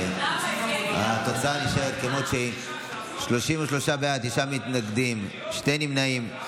הכנסת, 33 בעד, תשעה מתנגדים, שני נמנעים.